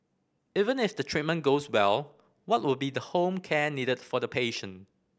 even if the treatment goes well what will be the home care needed for the patient